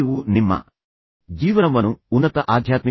ನೀವು ನಿಮ್ಮ ಜೀವನವನ್ನು ಉನ್ನತ ಆಧ್ಯಾತ್ಮಿಕ ಮಟ್ಟಕ್ಕೆ ಏರಿಸುತ್ತೀರಾ